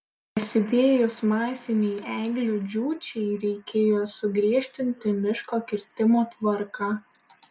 prasidėjus masinei eglių džiūčiai reikėjo sugriežtinti miško kirtimo tvarką